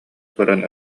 көрөн